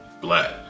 black